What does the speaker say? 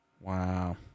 Wow